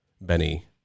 Benny